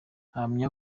ahamya